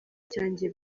cyanjye